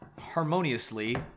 harmoniously